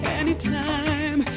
anytime